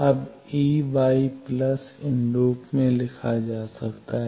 अब इन रूप में लिखा जा सकता है